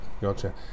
gotcha